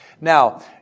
Now